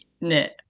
knit